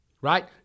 Right